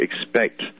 expect